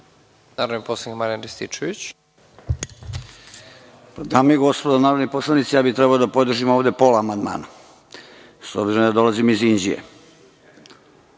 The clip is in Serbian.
narodni poslanik Marijan Rističević.